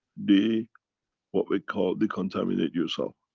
de what we call, decontaminate yourself.